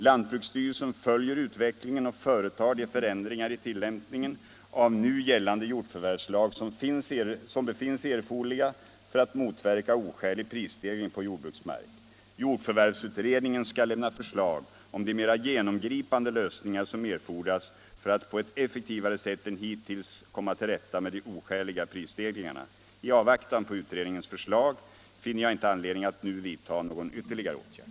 Lantbruksstyrelsen följer utvecklingen och företar de förändringar i tilllämpningen av nu gällande jordförvärvslag som befinns erforderliga för att motverka oskälig prisstegring på jordbruksmark. Jordförvärvsutredningen skall lämna förslag om de mera genomgripande lösningar som erfordras för att på ett effektivare sätt än hittills komma till rätta med de oskäliga prisstegringarna. I avvaktan på utredningens förslag finner jag inte anledning att nu vidta någon ytterligare åtgärd.